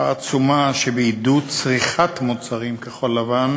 העצומה שבעידוד צריכת מוצרים כחול-לבן,